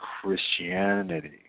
Christianity